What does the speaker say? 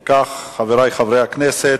אם כך, חברי חברי הכנסת,